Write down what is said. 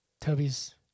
Toby's